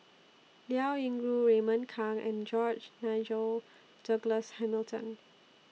Liao Yingru Raymond Kang and George Nigel Douglas Hamilton